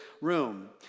room